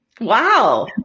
Wow